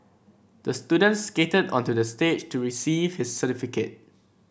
the student skated onto the stage to receive his certificate